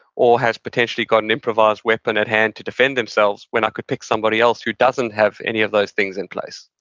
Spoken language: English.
or has potentially got an improvised weapon at hand to defend themselves when i could pick somebody else who doesn't have any of those things in place?